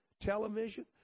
Television